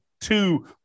two